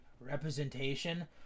representation